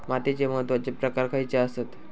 मातीचे महत्वाचे प्रकार खयचे आसत?